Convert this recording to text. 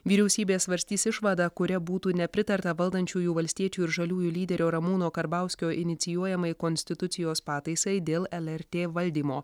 vyriausybė svarstys išvadą kuria būtų nepritarta valdančiųjų valstiečių ir žaliųjų lyderio ramūno karbauskio inicijuojamai konstitucijos pataisai dėl lrt valdymo